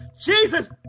Jesus